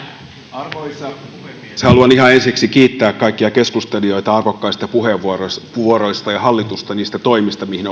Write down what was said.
arvoisa puhemies haluan ihan ensiksi kiittää kaikkia keskustelijoita arvokkaista puheenvuoroista puheenvuoroista ja hallitusta niistä toimista mihin